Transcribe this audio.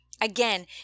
Again